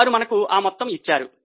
వారు మనకు ఆ మొత్తము ఇచ్చారు